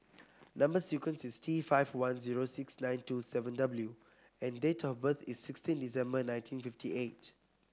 number sequence is T five one zero six nine two seven W and date of birth is sixteen December nineteen fifty eight